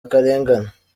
akarengane